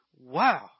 wow